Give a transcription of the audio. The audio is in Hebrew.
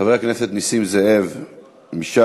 חבר הכנסת נסים זאב מש"ס,